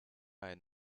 ein